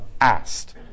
asked